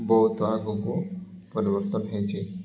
ବହୁତ ଆଗକୁ ପରିବର୍ତ୍ତନ ହେଇଛି